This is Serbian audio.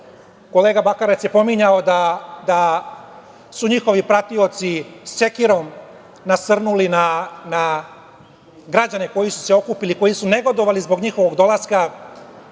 kolega Bakarec je pominjao da su njihovi pratioci sekirom nasrnuli na građane koji su se okupili, koji su negodovali zbog njihovog dolaska,